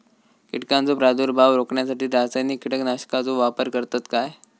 कीटकांचो प्रादुर्भाव रोखण्यासाठी रासायनिक कीटकनाशकाचो वापर करतत काय?